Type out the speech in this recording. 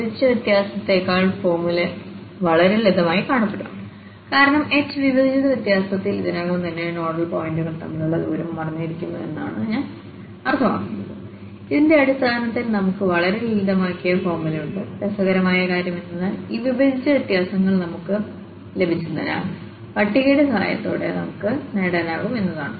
വിഭജിച്ച വ്യത്യാസത്തേക്കാൾ ഫോർമുല വളരെ ലളിതമായി കാണപ്പെടുന്നു കാരണം h വിഭജിത വ്യത്യാസത്തിൽ ഇതിനകം തന്നെ നോഡൽ പോയിന്റുകൾ തമ്മിലുള്ള ദൂരം മറഞ്ഞിരിക്കുന്നു എന്നാണ് ഞാൻ അർത്ഥമാക്കുന്നത് ഇതിന്റെ അടിസ്ഥാനത്തിൽ നമുക്ക് വളരെ ലളിതമാക്കിയ ഫോർമുലയുണ്ട് രസകരമായ കാര്യം എന്തെന്നാൽ ഈ വിഭജിച്ച വ്യത്യാസങ്ങൾ നമുക്ക് ലഭിച്ചതിനാൽ പട്ടികയുടെ സഹായത്തോടെ നമുക്ക് നേടാനാകും എന്നതാണ്